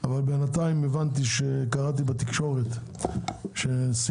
אבל בינתיים הבנתי שקראתי בתקשורת שלאחר שהבנק השני נפל,